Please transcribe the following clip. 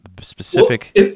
specific